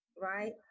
right